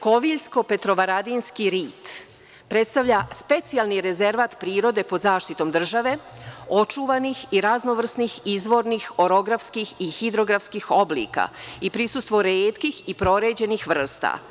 Koviljsko-petrovaradinski rit predstavlja specijalnih rezervat prirode pod zaštitom države očuvanih i raznovrsnih izvornih i hidrografskih oblika i prisustvo retkih i proređenih vrsta.